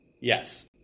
Yes